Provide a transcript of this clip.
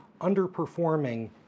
underperforming